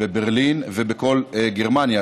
בברלין ובכל גרמניה.